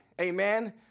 amen